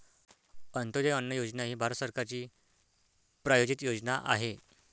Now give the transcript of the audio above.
अंत्योदय अन्न योजना ही भारत सरकारची प्रायोजित योजना आहे